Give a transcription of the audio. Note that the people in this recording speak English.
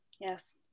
yes